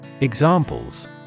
Examples